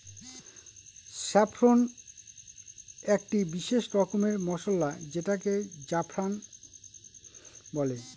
saffron একটি বিশেষ রকমের মসলা যেটাকে জাফরান বলে